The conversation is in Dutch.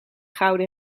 gouden